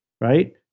right